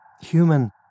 Human